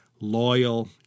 loyal